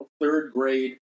third-grade